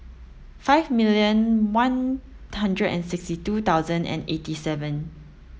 five million one hundred and sixty two thousand and eighty seven